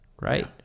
right